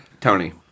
Tony